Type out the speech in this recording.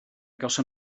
gawson